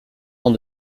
tant